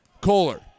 Kohler